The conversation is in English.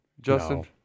Justin